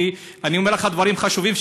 כי אני אומר לך דברים חשובים,